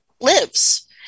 lives